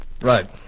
Right